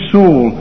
Saul